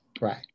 Right